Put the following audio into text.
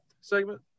segment